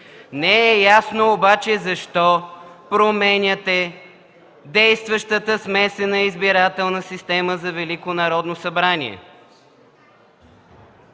Не е ясно обаче защо променяте действащата смесена избирателна система за